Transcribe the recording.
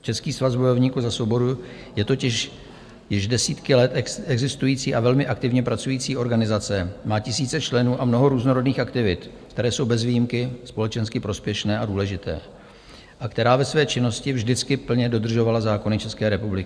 Český svaz bojovníků za svobodu je totiž již desítky let existující a velmi aktivně pracující organizace, má tisíce členů a mnoho různorodých aktivit, které jsou bez výjimky společensky prospěšné a důležité, a která ve své činnosti vždycky plně dodržovala zákony České republiky.